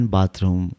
Bathroom